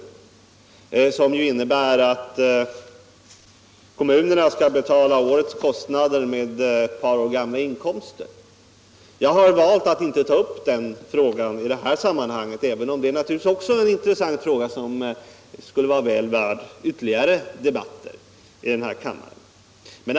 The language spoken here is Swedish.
Denna eftersläpning innebär ju att kommunerna skall betala årets kostnader med ett år gamla inkomster. Jag har valt att inte ta upp den frågan i det här sammanhanget, även om den skulle vara väl värd ytterligare debatter i denna kammare.